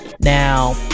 now